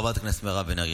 חברת הכנסת מירב בן ארי,